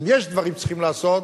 אם יש דברים שצריכים לעשות,